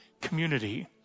community